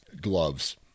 gloves